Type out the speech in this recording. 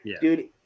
Dude